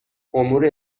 امور